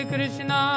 Krishna